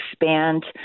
expand